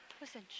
listen